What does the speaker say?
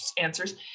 answers